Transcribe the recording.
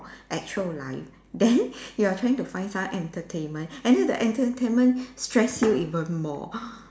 actual life then you are trying to find some entertainment and then the entertainment stress you even more